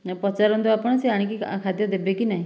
ପଚାରନ୍ତୁ ଆପଣ ସେ ଆଣିକି ଖାଦ୍ୟ ଦେବେକି ନାହିଁ